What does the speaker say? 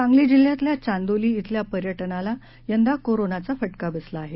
सांगली जिल्ह्यातल्य चांदोली शिल्या पर्यटनाला यंदा कोरोनाचा फटका बसला आहे